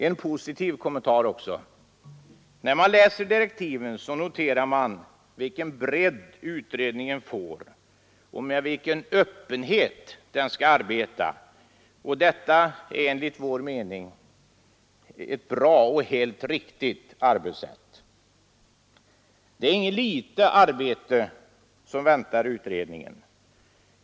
En positiv kommentar också: När man läser direktiven noterar man vilken bredd utredningen får och med vilken öppenhet den skall arbeta. Detta är enligt vår mening ett bra och helt riktigt arbetssätt. Det är inget litet arbete som väntar utredningen.